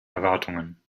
erwartungen